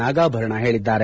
ನಾಗಾಭರಣ ಹೇಳಿದ್ದಾರೆ